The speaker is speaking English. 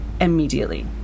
immediately